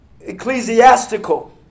ecclesiastical